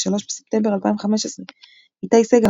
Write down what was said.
3 בספטמבר 2015 איתי סגל,